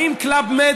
האם קלאב מד,